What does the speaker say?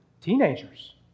teenagers